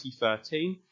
2013